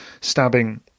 stabbing